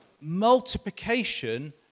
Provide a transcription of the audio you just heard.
multiplication